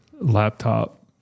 laptop